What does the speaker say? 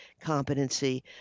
competency